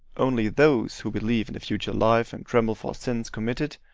only those who believe in a future life and tremble for sins committed,